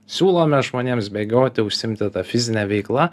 siūlome žmonėms bėgioti užsiimti fizine veikla